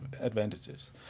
advantages